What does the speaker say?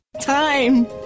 Time